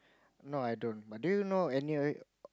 no I don't but do you know any of it